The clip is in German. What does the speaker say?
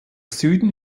süden